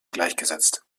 gleichgesetzt